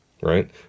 Right